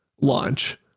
launch